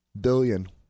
billion